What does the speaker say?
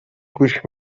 گوش